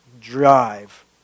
drive